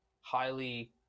highly